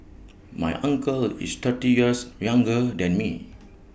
my uncle is thirty years younger than me